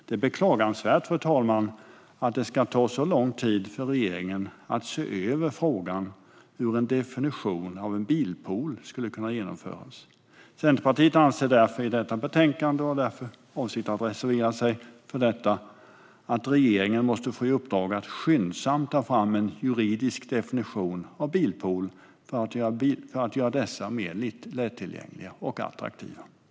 Det är beklagansvärt, fru talman, att det ska ta så lång tid för regeringen att se över frågan hur en definition av en bilpool skulle kunna genomföras. Centerpartiet anser i detta betänkande, och har därför för avsikt att reservera sig för detta, att regeringen måste få i uppdrag att skyndsamt ta fram en juridisk definition av bilpool för att göra bilpooler mer lättillgängliga och attraktiva.